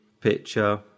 picture